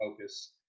focus